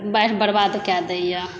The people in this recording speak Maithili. बाढ़ि बर्बाद कए दैया